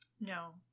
No